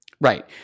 Right